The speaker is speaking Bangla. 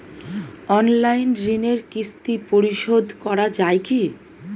অনলাইন ঋণের কিস্তি পরিশোধ করা যায় কি?